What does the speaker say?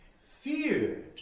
feared